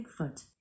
Bigfoot